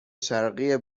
شرقی